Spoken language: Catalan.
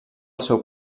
seu